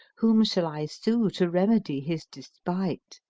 whom shall i sue to remedy his despight?